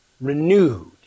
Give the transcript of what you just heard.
renewed